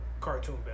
cartoon